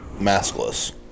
Maskless